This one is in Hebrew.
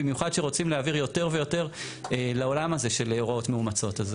במיוחד כשרוצים להעביר יותר ויותר לעולם הזה של הוראות מאומצות.